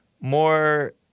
more